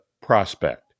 prospect